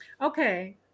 Okay